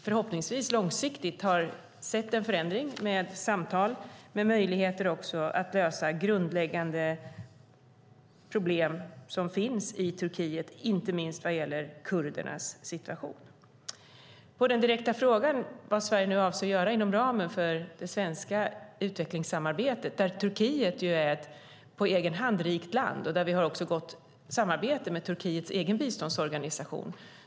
Förhoppningsvis kan vi långsiktigt se en förändring med samtal och möjligheter att lösa grundläggande problem i Turkiet, inte minst vad gäller kurdernas situation. Jag fick den direkta frågan vad Sverige nu avser att göra inom ramen för det svenska utvecklingssamarbetet. Turkiet är ett på egen hand rikt land, och vi har ett gott samarbete med Turkiets egen biståndsorganisation.